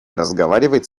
разговаривать